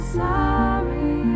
sorry